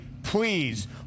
Please